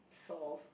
soft